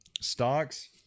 stocks